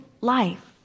life